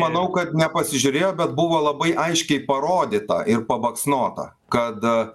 manau kad nepasižiūrėjo bet buvo labai aiškiai parodyta ir pabaksnota kad